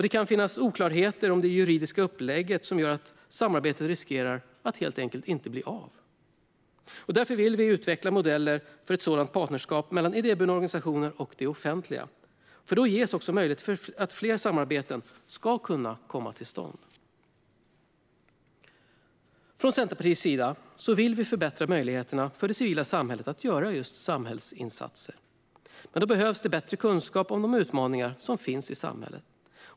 Det kan finnas oklarheter om det juridiska upplägget som gör att samarbetet riskerar att helt enkelt inte bli av. Därför vill vi utveckla modeller för ett sådant partnerskap mellan idéburna organisationer och det offentliga. Då ges också möjligheter för att fler samarbeten ska kunna komma till stånd. Från Centerpartiets sida vill vi förbättra möjligheterna för det civila samhället att göra samhällsinsatser. Men då behövs det bättre kunskap om de utmaningar som finns i samhället.